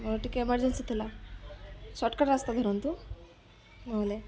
ହଉ ଟିକେ ଏମର୍ଜେନ୍ସି ଥିଲା ସର୍ଟକଟ ରାସ୍ତା ଧରନ୍ତୁ ନହଲେ